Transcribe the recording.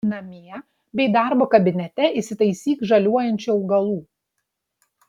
namie bei darbo kabinete įsitaisyk žaliuojančių augalų